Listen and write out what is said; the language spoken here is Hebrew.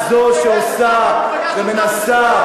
את זו שעושה ומנסה,